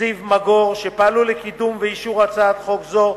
זיו מגור שפעלו לקידום ואישור הצעת חוק זו,